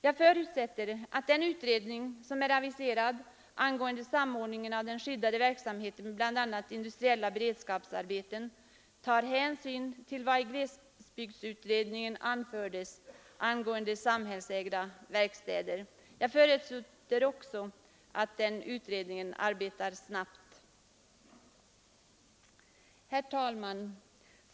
Jag förutsätter att den utredning som är aviserad angående samord ningen av den skyddade verksamheten med bl.a. industriella beredskapsarbeten tar hänsyn till vad i glesbygdsutredningen anfördes angående samhällsägda verkstäder. Jag förutsätter också att den arbetar snabbt. Herr talman!